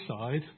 side